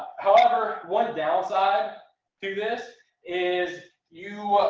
however, one downside to this is you,